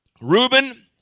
Reuben